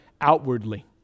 outwardly